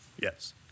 yes